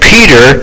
Peter